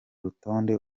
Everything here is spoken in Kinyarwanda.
rutonde